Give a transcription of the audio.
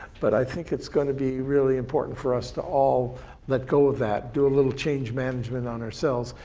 but i think it's gonna be really important for us to all let go of that, do a little change management on ourselves,